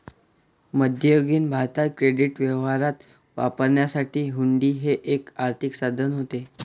मध्ययुगीन भारतात क्रेडिट व्यवहारात वापरण्यासाठी हुंडी हे एक आर्थिक साधन होते